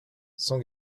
sans